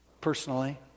personally